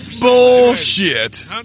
Bullshit